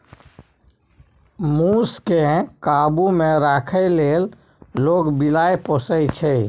मुस केँ काबु मे राखै लेल लोक बिलाइ पोसय छै